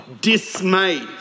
dismayed